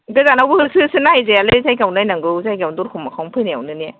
गोजानावबो होसो होसो नाहैजायालै जायगायावनो नायनांगौ जायगायावनो दरखं मोखाङावनो फैनायावनो ने